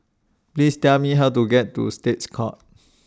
Please Tell Me How to get to States Courts